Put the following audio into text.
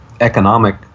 economic